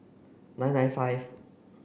nine nine five